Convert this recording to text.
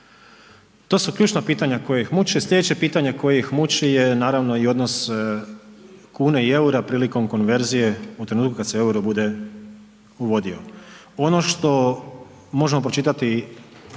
To su ključna pitanja koja ih muče. Sljedeće pitanje koje ih muči je naravno i odnos kune i eura prilikom konverzije u trenutku kada se euro bude uvodio. Ono što možemo pročitati